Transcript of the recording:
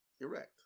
erect